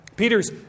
Peter's